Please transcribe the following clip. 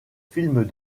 films